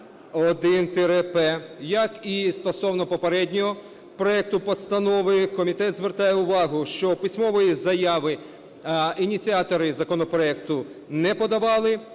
1073-1-П Як і стосовно попереднього проекту постанови, комітет звертає увагу, що письмової заяви ініціатори законопроекту не подавали